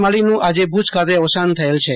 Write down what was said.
માલીનું આજે ભુજ ખાતે અવસાન થયેલ છે